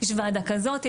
יש וועדה כזאתי,